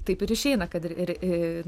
taip ir išeina kad ir ir